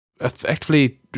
effectively